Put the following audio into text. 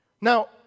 Now